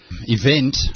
event